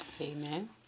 Amen